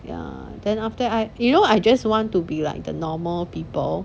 ya then after that I you know I just want to be like the normal people